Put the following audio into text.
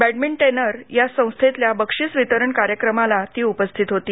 बद्धमिंटनेअर या संस्थेतल्या बक्षिस वितरण कार्यक्रमाला ती उपस्थित होती